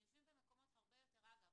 אגב,